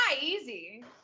easy